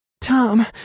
Tom